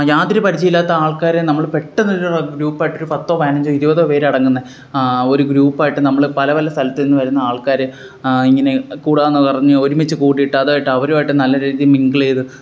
യാതൊര് പരിചയവില്ലാത്ത ആള്ക്കാരെ നമ്മള് പെട്ടന്നൊര് ഗ്രൂപ്പായിട്ടൊര് പത്തോ പതിനഞ്ചോ ഇരുപതോ പേരടങ്ങുന്ന ഒര് ഗ്രൂപ്പായിട്ട് നമ്മള് പല പല സ്ഥലത്ത് നിന്ന് വരുന്ന ആള്ക്കാരെ ഇങ്ങനെ കൂടുമെന്ന് പറഞ്ഞ് ഒരുമിച്ച് കൂടിയിട്ട് അത് അവരുമായിട്ട് നല്ല രീതിയിൽ മിംഗിൾ ചെയ്ത്